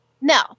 No